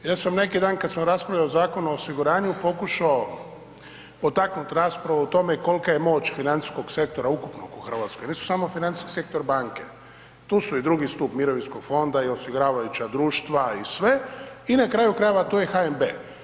Ja sam neki dan kad smo raspravljali o Zakonu o osiguranju pokušo potaknut raspravu o tome kolka je moć financijskog sektora ukupnog u RH, nisu samo financijski sektor banke, tu su i II. stup mirovinskog fonda i osiguravajuća društva i sve i na kraju krajeva to je HNB.